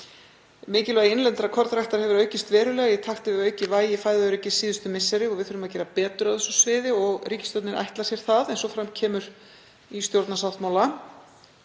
Mikilvægi innlendrar kornræktar hefur aukist verulega í takti við aukið vægi fæðuöryggis síðustu misseri. Við þurfum að gera betur á því sviði og ríkisstjórnin ætlar sér það eins og fram kemur í stjórnarsáttmála.